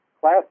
class